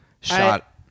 shot